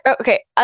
okay